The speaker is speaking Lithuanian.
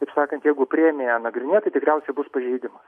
taip sakant jeigu priėmė nagrinėti tikriausiai bus pažeidimas